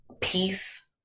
peace